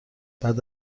بعد